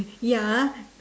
ya